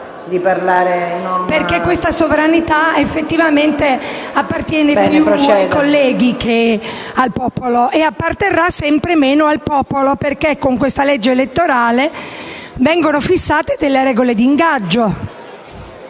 Questa sovranità effettivamente appartiene più ai colleghi che al popolo e apparterrà sempre meno al popolo, perché con questo disegno di legge elettorale vengono fissate delle regole d'ingaggio.